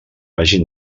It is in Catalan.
hagin